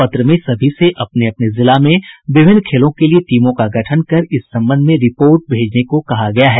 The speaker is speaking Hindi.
पत्र में सभी से अपने अपने जिला में विभिन्न खेलों के लिए टीमों का गठन कर इस संबंध में रिपोर्ट भेजने को कहा गया है